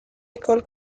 école